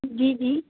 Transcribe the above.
جی جی